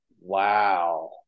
wow